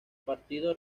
partido